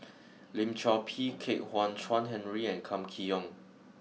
Lim Chor Pee Kwek Hian Chuan Henry and Kam Kee Yong